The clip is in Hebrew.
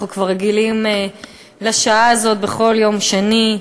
אנחנו כבר רגילים לשעה הזאת בכל יום שני.